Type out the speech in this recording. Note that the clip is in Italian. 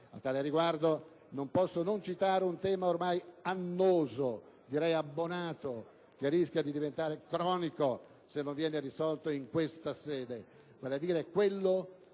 A tale riguardo non posso non citare un tema ormai annoso, quasi oggetto di un abbonamento, che rischia di diventare cronico se non viene risolto in questa sede,